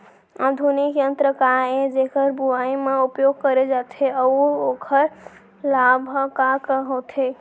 आधुनिक यंत्र का ए जेकर बुवाई म उपयोग करे जाथे अऊ ओखर लाभ ह का का होथे?